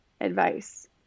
advice